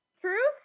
Truth